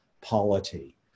polity